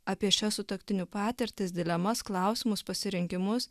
apie šias sutuoktinių patirtis dilemas klausimus pasirinkimus